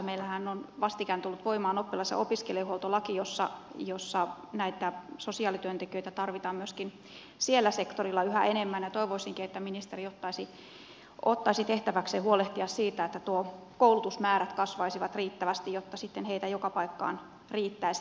meillähän on vastikään tullut voimaan oppilas ja opiskelijahuoltolaki ja näitä sosiaalityöntekijöitä tarvitaan myöskin siellä sektorilla yhä enemmän ja toivoisinkin että ministeri ottaisi tehtäväkseen huolehtia siitä että nuo koulutusmäärät kasvaisivat riittävästi jotta sitten heitä joka paikkaan riittäisi